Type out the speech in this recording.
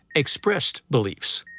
expressed beliefs.